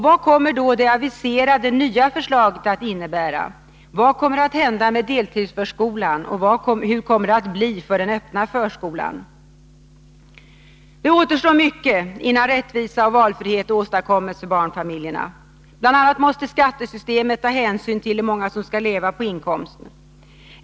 Vad kommer det aviserade nya förslaget att innebära? Vad kommer att hända med deltidsförskolan, och hur kommer det att bli för den öppna förskolan? Det återstår mycket innan rättvisa och valfrihet åstadkommes för barnfamiljerna. Bl. a. måste skattesystemet ta hänsyn till hur många som skall leva på inkomsten.